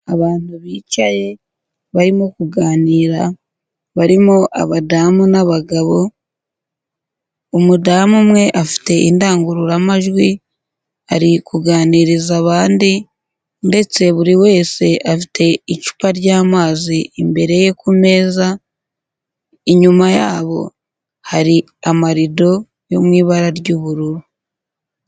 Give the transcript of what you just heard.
Abantu bicaye barimo kuganira, barimo abadamu n'abagabo, umudamu umwe afite indangururamajwi ari kuganiriza abandi ndetse buri wese afite icupa ry'amazi imbere ye ku meza, inyuma yabo hari amarido yo mu ibara ry'ubururu.